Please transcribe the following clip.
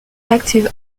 active